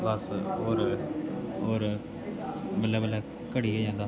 ते बस होर होर बल्लें बल्लें घटी गै जंदा